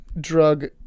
drug